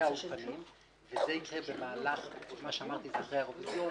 זה יקרה אחרי האירוויזיון,